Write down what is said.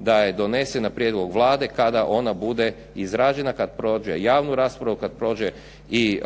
da je donese na prijedlog Vlade kada ona bude izražena, kad prođe javnu raspravu, kad prođe i